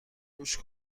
گوش